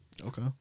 okay